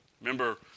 Remember